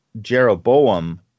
Jeroboam